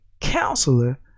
counselor